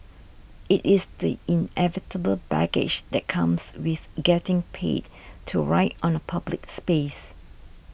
it is the inevitable baggage that comes with getting paid to write on a public space